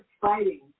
fighting